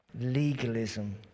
Legalism